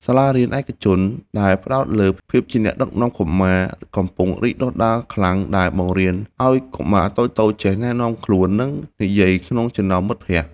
សាលារៀនឯកជនដែលផ្ដោតលើ ភាពជាអ្នកដឹកនាំកុមារ កំពុងរីកដុះដាលខ្លាំង ដែលបង្រៀនឱ្យកុមារតូចៗចេះណែនាំខ្លួន និងនិយាយក្នុងចំណោមមិត្តភក្តិ។